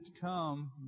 come